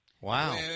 Wow